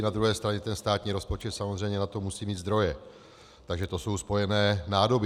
Na druhé straně ten státní rozpočet samozřejmě na to musí mít zdroje, takže to jsou spojené nádoby.